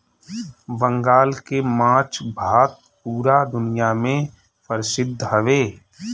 बंगाल के माछ भात पूरा दुनिया में परसिद्ध हवे